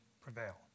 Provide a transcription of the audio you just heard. prevail